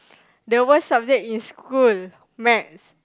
the worst subject in school maths